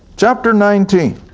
chapter nineteen